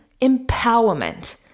empowerment